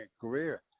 career